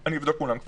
אני כבר אבדוק מולם.